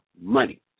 money